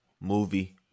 movie